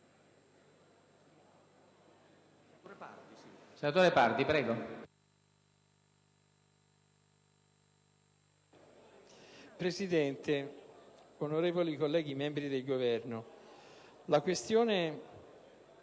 Presidente, onorevoli colleghi, membri del Governo, la questione